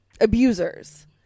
abusers